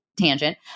tangent